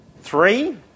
Three